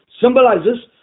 symbolizes